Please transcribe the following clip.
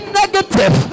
negative